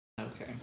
Okay